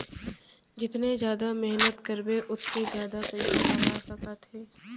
जतने जादा मेहनत करबे ओतके जादा पइसा कमा सकत हे